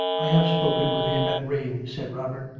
i have spoken with him at rheims, said robin.